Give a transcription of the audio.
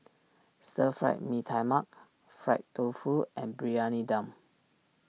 Stir Fried Mee Tai Mak Fried Tofu and Briyani Dum